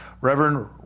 Reverend